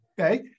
Okay